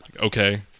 Okay